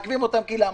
למה?